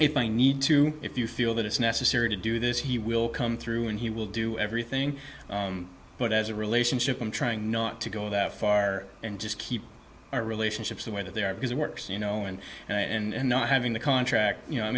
if i need to if you feel that it's necessary to do this he will come through and he will do everything but as a relationship i'm trying not to go that far and just keep our relationships the way that they are because it works you know and and not having the contract you know i